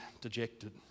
dejected